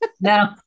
No